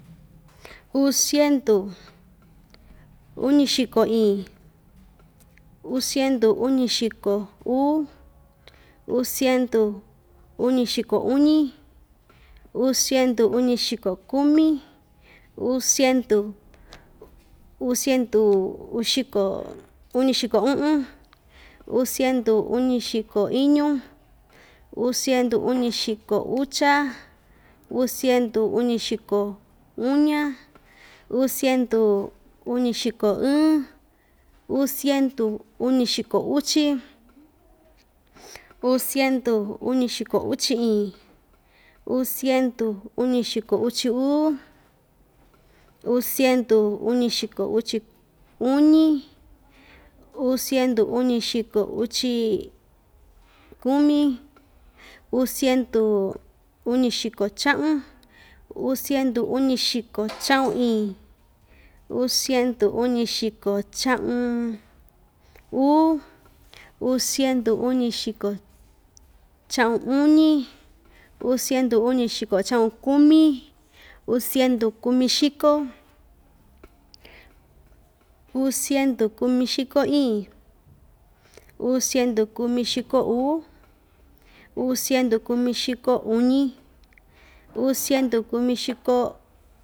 Uu siendu uñixiko iin, uu siendu uñixiko uu, uu siendu uñixiko uñi, uu siendu uñixiko kumi, uu siendu uu siendu uxiko uñixiko u'un, uu siendu uñixiko iñu, uu siendu uñixiko ucha, uu siendu uñixiko uña, uu siendu uñixiko ɨɨn, uu siendu uñixiko uchi, uu siendu uñixiko uchi iin, uu siendu uñixiko uchi uu, uu siendu uñixiko uchi uñi, uu siendu uñixiko uchi kumi, uu siendu uñixiko cha'un, uu siendu uñixiko cha'un iin, uu siendu uñixiko cha'un uu, uu siendu uñixiko cha'un uñi, uu siendu uñixiko cha'un kumi, uu siendu kumixiko, uu siendu kumixiko iin, uu siendu kumixiko uu, uu siendu kumixiko uñi, uu siendu kumixiko.